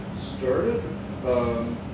started